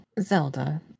Zelda